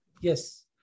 Yes